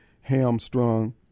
hamstrung